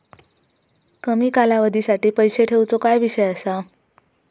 कमी कालावधीसाठी पैसे ठेऊचो काय विषय असा?